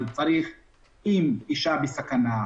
אם אישה בסכנה,